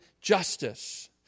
justice